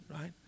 right